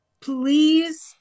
please